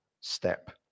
step